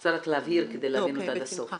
אני רוצה להבהיר, כדי להבין אותה עד הסוף.